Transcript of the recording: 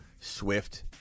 Swift